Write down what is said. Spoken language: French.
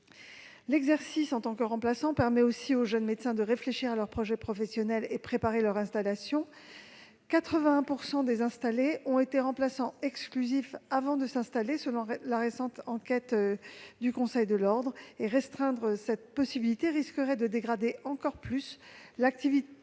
L'exercice, en tant que remplaçant, permet aussi aux jeunes médecins de réfléchir à leur projet professionnel et de préparer leur installation : 81 % des installés ont d'abord été remplaçants exclusifs, selon une récente étude du Conseil de l'ordre. Restreindre cette possibilité risquerait de dégrader encore l'attractivité